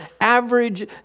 average